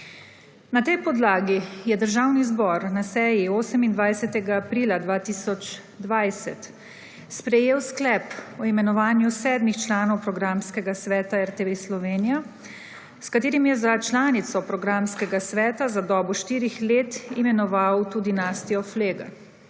Na tej podlagi je državni zbor na seji 28. aprila 2020 sprejel sklep o imenovanju sedmih članov programskega sveta RTV Slovenija, s katerim je za članico programskega sveta za dobo štirih let imenoval tudi Nastjo Flegar.